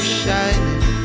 shining